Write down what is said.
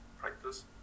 practice